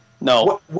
No